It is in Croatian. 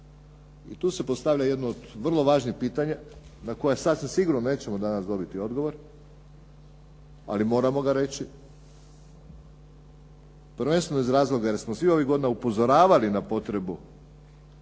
I tu se postavlja jedno od vrlo važnih pitanja na koja sasvim sigurno nećemo danas dobiti odgovor ali moramo ga reći prvenstveno iz razloga jer smo svih ovih godina upozoravali na potrebu